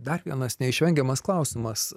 dar vienas neišvengiamas klausimas